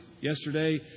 yesterday